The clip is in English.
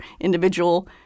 individual